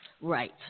Right